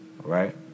Right